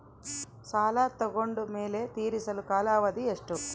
ಸಾಲ ತಗೊಂಡು ಮೇಲೆ ತೇರಿಸಲು ಕಾಲಾವಧಿ ಎಷ್ಟು?